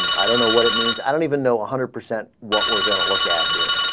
um i don't know what it means i don't even know ah hundred-percent what we're gonna look at here